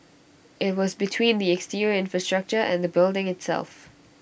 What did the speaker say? IT was between the exterior infrastructure and the building itself